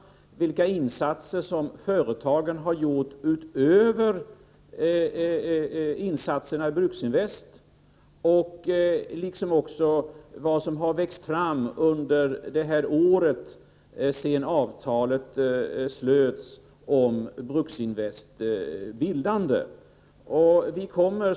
Vi skall undersöka vilka insatser som företagen har gjort utöver insatserna i Bruksinvest, liksom vad som har växt fram under det år som har gått sedan avtalet om Bruksinvests bildande slöts.